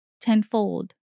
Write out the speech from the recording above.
tenfold